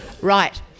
Right